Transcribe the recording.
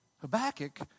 Habakkuk